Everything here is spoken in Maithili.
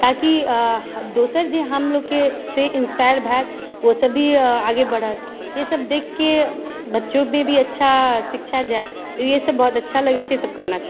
ताकि आ दोसर जे हमलोगके से इन्सपायर हैत वो सब भी आगे बढ़त ई सब देखिके बच्चों पर भी अच्छा शिक्षा जाएत तऽ ई सब बहुत अच्छा लागैत छै सबके करना चाहिए